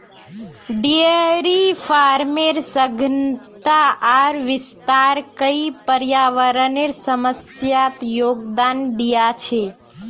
dairy farmer सघनता आर विस्तार कई पर्यावरनेर समस्यात योगदान दिया छे